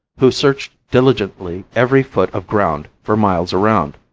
who searched diligently every foot of ground for miles around.